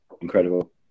incredible